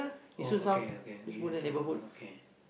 oh okay okay he's your son oh okay